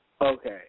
Okay